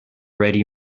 ready